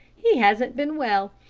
he hasn't been well,